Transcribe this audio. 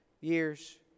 years